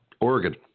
oregon